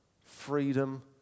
freedom